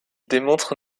démontre